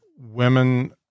women